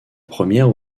première